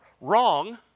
wrong